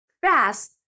fast